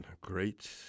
great